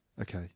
Okay